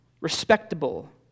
respectable